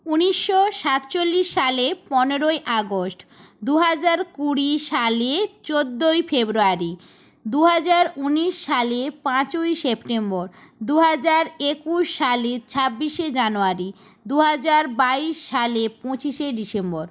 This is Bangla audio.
ঊনিশশো সাতচল্লিশ সালে পনেরোই আগস্ট দু হাজার কুড়ি সালে চোদ্দোই ফেব্রুয়ারি দু হাজার ঊনিশ সালে পাঁচই সেপ্টেম্বর দু হাজার একুশ সালে ছাব্বিশে জানুয়ারি দু হাজার বাইশ সালে পঁচিশে ডিসেম্বর